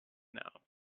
now